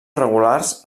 regulars